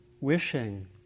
wishing